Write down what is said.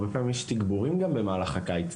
הרבה פעמים יש תגבורים גם במהלך הקיץ.